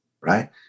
right